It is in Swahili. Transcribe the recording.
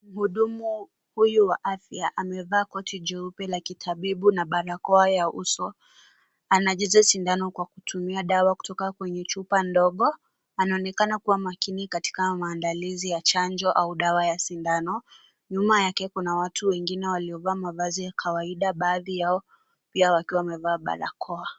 Mhudumu huyu wa afya amevaa koti jeupe la kitabibu na barakoa ya uso ,anashika sindano kwa kutumia dawa kutoka kwenye chupa ndogo . Panaonekana kuwa makini katika maamdalizi ya chanjo au dawa ya sindano. Nyuma yake kuna watu wengine waliovaa mavazi ya kawaida baadhi yao pia wakiwa wamevaa barakoa.